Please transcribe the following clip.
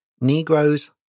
Negroes